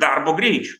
darbo greičiu